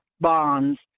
bonds